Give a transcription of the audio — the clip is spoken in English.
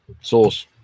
sauce